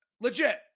legit